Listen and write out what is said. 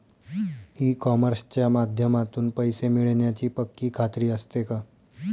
E कॉमर्सच्या माध्यमातून पैसे मिळण्याची पक्की खात्री असते का?